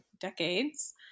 decades